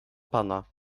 pana